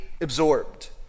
absorbed